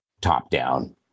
top-down